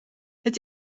het